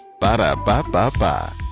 Ba-da-ba-ba-ba